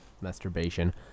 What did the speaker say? masturbation